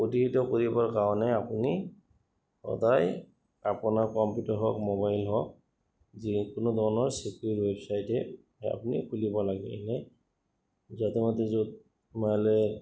প্ৰতিহিত কৰিবৰ কাৰণে আপুনি সদায় আপোনাৰ কম্পিউটাৰ হওক মোবাইল হওক যিকোনো ধৰণৰ চিকিউৰ ৱেবছচাইটে আপুনি খুলিব সোমালে